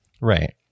Right